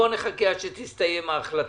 בואו נחכה עד שתסתיים ההחלטה.